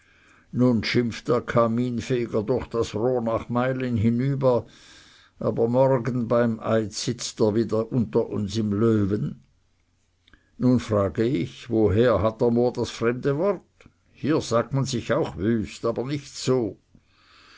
nun schimpft der kaminfeger durch das rohr nach meilen hinüber aber morgen beim eid sitzt er wieder unter uns im löwen nun frage ich woher hat der mohr das fremde wort hier sagt man sich auch wüst aber nicht so